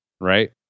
right